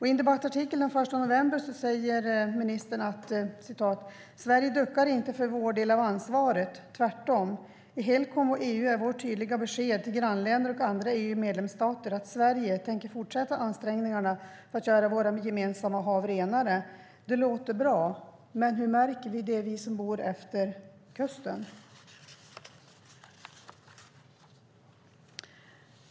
I en debattartikel den 1 november säger ministern att vi i Sverige inte duckar för vår del av ansvaret, tvärtom. I Helcom och i EU är vårt tydliga besked till grannländer och andra EU-medlemsstater att Sverige tänker fortsätta ansträngningarna för att göra våra gemensamma hav renare. Det låter bra, men hur märker vi som bor vid kusten det?